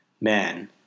man